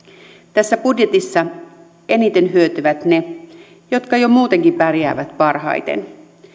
tässä budjetissa eniten hyötyvät ne jotka jo muutenkin pärjäävät parhaiten